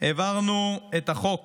העברתי את החוק